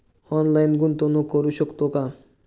Online गुंतवणूक करू शकतो का?